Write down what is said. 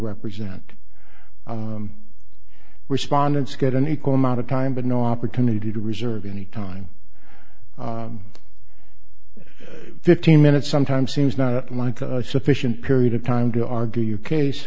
present respondents get an equal amount of time but no opportunity to reserve any time fifteen minutes sometimes seems not like a sufficient period of time to argue your case